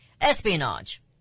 Espionage